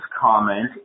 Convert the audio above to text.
comment